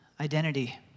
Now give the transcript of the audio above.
identity